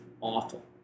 awful